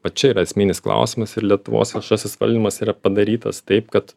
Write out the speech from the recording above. va čia yra esminis klausimas ir lietuvos viešasis valdymas yra padarytas taip kad